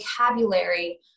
vocabulary